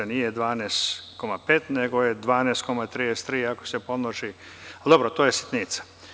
Nije 12,5 nego je 12,33 i ako se pomnoži, ali dobro, to je sitnica.